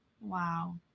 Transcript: Wow